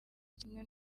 kimwe